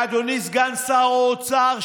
ואדוני סגן שר האוצר,